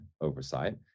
oversight